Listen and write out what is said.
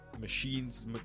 machines